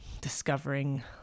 discovering